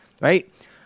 right